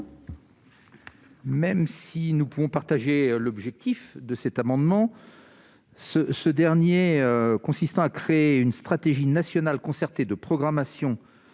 Même si nous pouvons partager l'objectif de cet amendement ce ce dernier consistant à créer une stratégie nationale concertée de programmation